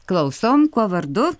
klausom kuo vardu